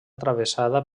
travessada